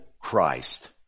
Christ